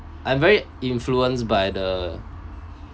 I'm very influenced by the